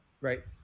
right